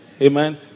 amen